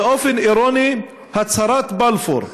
באופן אירוני, הצהרת בלפור,